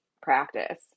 Practice